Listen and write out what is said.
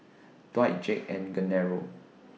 Dwight Jake and Genaro